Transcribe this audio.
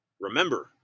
remember